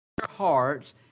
hearts